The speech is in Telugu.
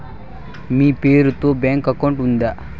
మీ పేరు తో బ్యాంకు అకౌంట్ ఉందా?